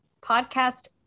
podcast